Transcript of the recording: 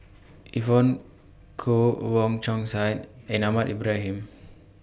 Evon Kow Wong Chong Sai and Ahmad Ibrahim